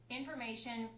information